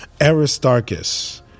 Aristarchus